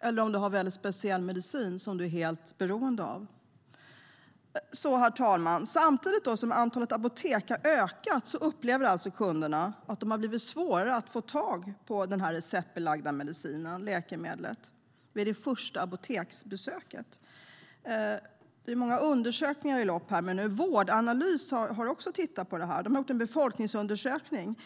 eller de som har speciell medicin som de är helt beroende av. Herr talman! Samtidigt som antalet apotek har ökat upplever kunderna alltså att det har blivit svårare att få tag på det receptbelagda läkemedlet vid det första apoteksbesöket. Det är många undersökningar i omlopp här nu. Vårdanalys har också tittat på det här i en befolkningsundersökning.